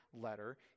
Letter